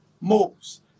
moves